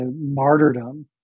martyrdom